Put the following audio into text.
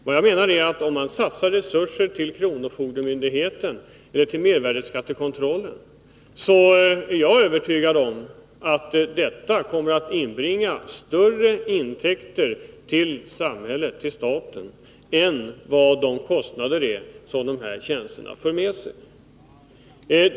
Vad jag menar är att om man satsar resurser för kronofogdemyndighetens verksamhet och för mervärdeskattekontrollen, så blir summan av intäkterna till samhället, till staten — det är jag övertygad om — större än den summa som kostnaden för tjänsterna uppgår till.